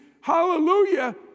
hallelujah